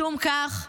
משום כך,